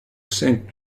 sent